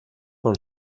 con